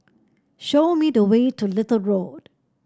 show me the way to Little Road